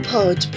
Pod